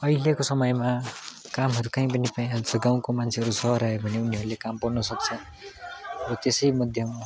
अहिलेको समयमा कामहरू कहीँ पनि पाइहाल्छ गाउँको मान्छेहरू सहर आए भने उनीहरूले काम पाउन सक्छ त्यसै मध्यमा